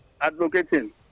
advocating